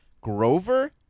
Grover